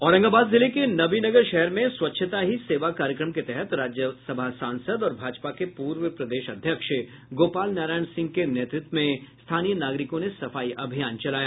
औरंगाबाद जिले के नबीनगर शहर में स्वच्छता ही सेवा कार्यक्रम के तहत राज्यसभा सांसद और भाजपा के पूर्व प्रदेश अध्यक्ष गोपाल नारायण सिंह के नेतृत्व में स्थानीय नागरिकों ने सफाई अभियान चलाया